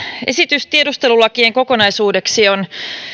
esitys tiedustelulakien kokonaisuudeksi on